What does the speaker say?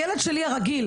הילד שלי הרגיל,